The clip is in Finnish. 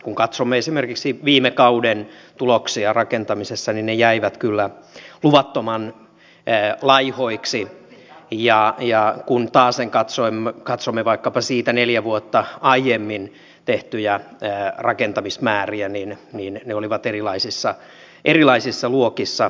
kun katsomme esimerkiksi viime kauden tuloksia rakentamisessa niin ne jäivät kyllä luvattoman laihoiksi ja kun taasen katsomme vaikkapa siitä neljä vuotta aiemmin tehtyjä rakentamismääriä niin ne olivat erilaisissa luokissa